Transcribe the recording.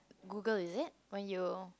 Google is it when you